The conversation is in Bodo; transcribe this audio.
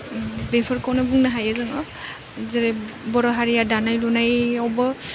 ओम बेफोरखौनो बुंनो हायो जोङो जेरै बर' हारिया दानाय लुनायावबो